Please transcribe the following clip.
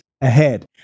ahead